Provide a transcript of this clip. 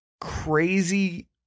crazy